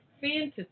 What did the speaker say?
fantasy